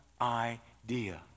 idea